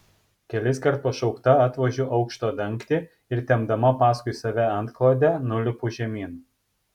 keliskart pašaukta atvožiu aukšto dangtį ir tempdama paskui save antklodę nulipu žemyn